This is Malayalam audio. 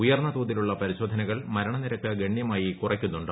ഉയർന്ന തോതിലുള്ള പരിശോധനകൾ മരണനിരക്ക് ഗണൃമായി കുറയ്ക്കുന്നുണ്ട്